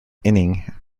inning